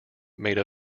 made